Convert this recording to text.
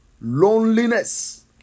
loneliness